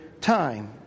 time